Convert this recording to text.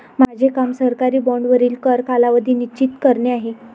माझे काम सरकारी बाँडवरील कर कालावधी निश्चित करणे आहे